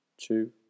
two